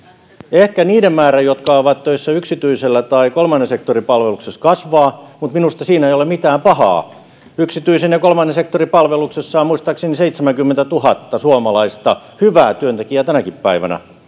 ehkä niiden määrä jotka ovat töissä yksityisellä tai kolmannen sektorin palveluksessa kasvaa mutta minusta siinä ei ole mitään pahaa yksityisen ja kolmannen sektorin palveluksessa on muistaakseni seitsemänkymmentätuhatta suomalaista hyvää työntekijää tänäkin päivänä